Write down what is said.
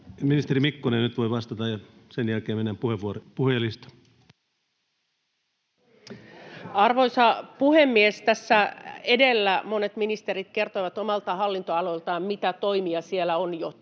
Ministeri Mikkonen voi nyt vastata, ja sen jälkeen mennään puhujalistaan. Arvoisa puhemies! Tässä edellä monet ministerit kertoivat omilta hallinnonaloiltaan, mitä toimia siellä on jo tehty